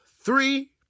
three